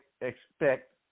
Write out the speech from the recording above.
expect